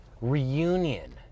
reunion